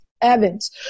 Evans